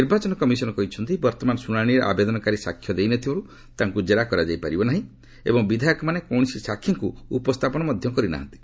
ନିର୍ବାଚନ କମିଶନ୍ କହିଛନ୍ତି ବର୍ତ୍ତମାନ ଶୁଣାଶିରେ ଆବେଦନକାରୀ ସାକ୍ଷ୍ୟ ଦେଇନଥିବାରୁ ତାଙ୍କୁ ଜେରା କରାଯାଇ ପାରିବ ନାହିଁ ଏବଂ ବିଧାୟକମାନେ କୌଣସି ସାକ୍ଷିଙ୍କୁ ଉପସ୍ଥାପନ କରିପାରି ନାହାନ୍ତି